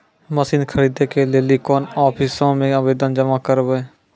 Machine खरीदै के लेली कोन आफिसों मे आवेदन जमा करवै?